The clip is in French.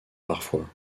parfois